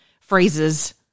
phrases